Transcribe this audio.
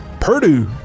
Purdue